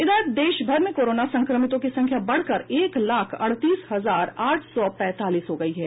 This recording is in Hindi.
इधर देश भर में कोरोना संक्रमितों की संख्या बढ़कर एक लाख अड़तीस हजार आठ सौ पैंतालीस हो गयी है